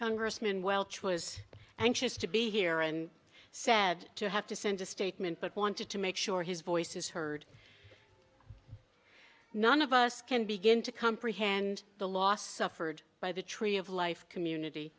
congressman welch was anxious to be here and sad to have to send a statement but wanted to make sure his voice is heard none of us can begin to comprehend the loss suffered by the tree of life community